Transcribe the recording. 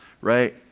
right